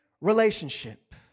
relationship